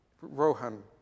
Rohan